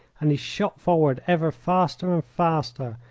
and he shot forward ever faster and faster,